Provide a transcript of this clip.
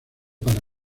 para